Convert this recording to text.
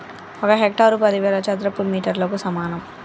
ఒక హెక్టారు పదివేల చదరపు మీటర్లకు సమానం